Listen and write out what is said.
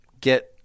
get